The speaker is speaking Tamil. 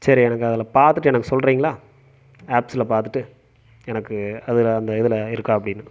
சரி எனக்கு அதில் பார்த்துட்டு எனக்கு சொல்கிறீங்களா ஆப்ஸில் பார்த்துட்டு எனக்கு அதில் அந்த இதில் இருக்கா அப்படின்னு